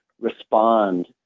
respond